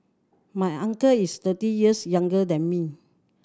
my uncle is thirty years younger than me